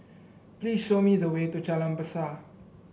please show me the way to Jalan Besar